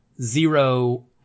zero